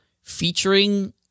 featuring